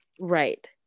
Right